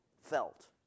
felt